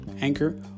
Anchor